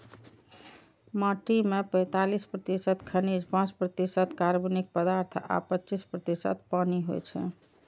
माटि मे पैंतालीस प्रतिशत खनिज, पांच प्रतिशत कार्बनिक पदार्थ आ पच्चीस प्रतिशत पानि होइ छै